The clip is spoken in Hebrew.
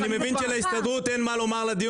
אני מבין שלהסתדרות אין מה לומר לדיון